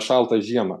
šaltą žiemą